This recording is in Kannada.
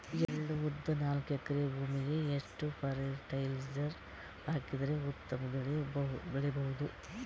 ಎಳ್ಳು, ಉದ್ದ ನಾಲ್ಕಎಕರೆ ಭೂಮಿಗ ಎಷ್ಟ ಫರಟಿಲೈಜರ ಹಾಕಿದರ ಉತ್ತಮ ಬೆಳಿ ಬಹುದು?